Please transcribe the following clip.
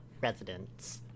residents